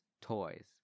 toys